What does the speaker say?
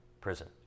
prison